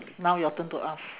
now your turn to ask